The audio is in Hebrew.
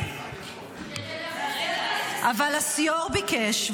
--- אבל הסיו"ר ביקש,